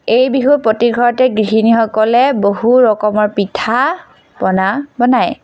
এই বিহু প্ৰতি ঘৰতে গৃহিণীসকলে বহু ৰকমৰ পিঠা পনা বনায়